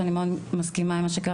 ואני מסכימה עם מה שקרה.